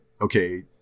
okay